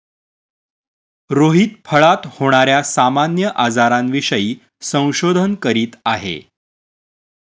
रोहित फळात होणार्या सामान्य आजारांविषयी संशोधन करीत आहे